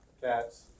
Cats